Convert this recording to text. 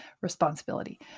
responsibility